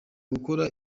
gukora